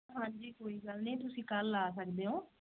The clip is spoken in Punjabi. ਹਾਂਜੀ ਕੋਈ ਗੱਲ ਨਹੀਂ ਤੁਸੀਂ ਕੱਲ੍ਹ ਆ ਸਕਦੇ ਹੋ